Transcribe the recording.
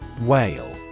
Whale